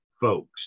folks